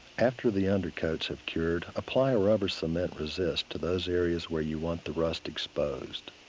after the undercoats have cured, apply a rubber cement resist to those areas where you want the rust exposed.